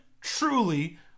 truly